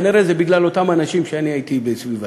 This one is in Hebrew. כנראה זה בגלל אותם אנשים שהייתי בסביבתם.